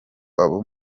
abo